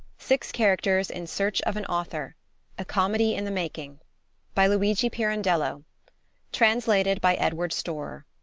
six characters in search of an author a comedy in the making by luigi pirandello translated by edward storer